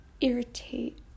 irritate